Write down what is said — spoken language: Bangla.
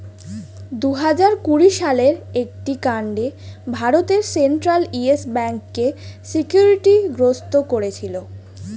দুহাজার কুড়ি সালের একটি কাণ্ডে ভারতের সেন্ট্রাল ইয়েস ব্যাঙ্ককে সিকিউরিটি গ্রস্ত করেছিল